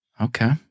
okay